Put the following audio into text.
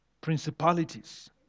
principalities